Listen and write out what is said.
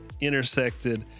intersected